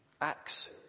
Acts